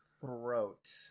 throat